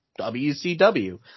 WCW